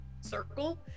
circle